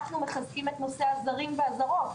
אנחנו מחזקים את נושא הזרים והזרות.